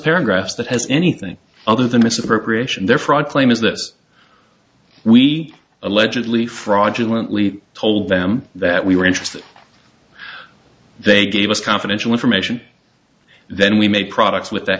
paragraphs that has anything other than misappropriation their fraud claim is that we allegedly fraudulently told them that we were interested they gave us confidential information then we made products with that